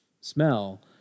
smell